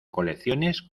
colecciones